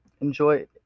enjoy